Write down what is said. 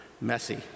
messy